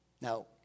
Now